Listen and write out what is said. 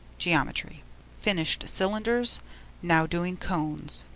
geometry finished cylinders now doing cones.